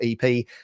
EP